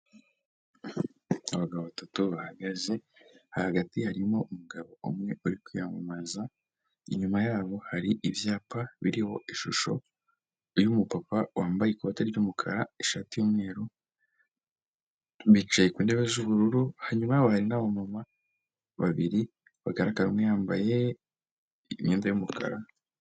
Abagabo batatu bahagaze hagati harimo umugabo umwe uri kwiyamamaza, inyuma yabo hari ibyapa biriho ishusho y'umupapa wambaye ikoti ry'umukara, ishati y'umweru bicaye ku ntebe z'ubururu, hanyuma yabo hari n'abamama babiri bagaragara bambaye imyenda y'umukara.